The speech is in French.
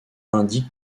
indique